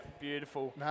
beautiful